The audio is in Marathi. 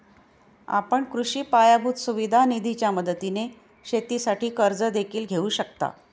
आपण कृषी पायाभूत सुविधा निधीच्या मदतीने शेतीसाठी कर्ज देखील घेऊ शकता